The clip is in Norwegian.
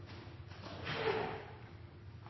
statsråd